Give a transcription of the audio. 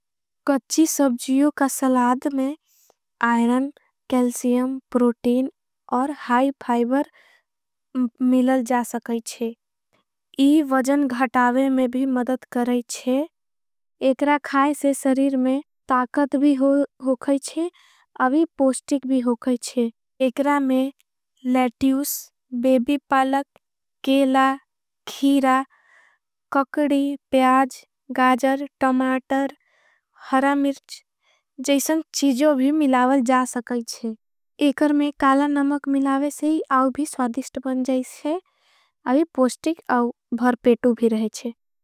कच्ची सब्जीयों का सलाद में आईरन केल्सियम। प्रोटीन और हाई फाइबर मिलल जा सकईच्छे। इवजन घटावे में भी मदद करईच्छे एकरा खाय। से सरीर में ताकत भी होगाईच्छे अवी पोष्टिक भी। होगाईच्छे एकरा में लेट्यूस बेबी पालक केला। खीरा, ककड़ी, पयाज, गाजर टमाटर हरा। मिर्च जैसन चीजों भी मिलावल जा सकईच्छे एकर। में काला नमक मिलावे से आवे भी स्वादिस्ट बन। जाईच्छे आवे पोष्टिक अवे भर पेटू भी रहेच्छे।